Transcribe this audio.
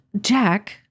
jack